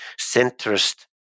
centrist